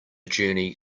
journey